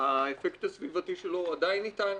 האפקט הסביבתי שלו עדיין איתנו.